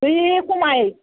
है खमाय